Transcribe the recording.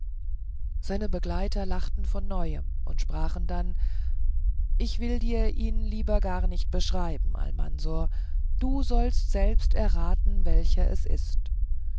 sein begleiter lachte von neuem und sprach dann ich will dir ihn lieber gar nicht beschreiben almansor du selbst sollst erraten welcher es ist